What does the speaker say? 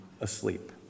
asleep